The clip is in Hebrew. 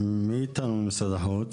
מי איתנו ממשרד החוץ?